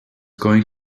going